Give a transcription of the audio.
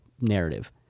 narrative